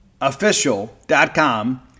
official.com